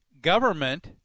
government